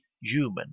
human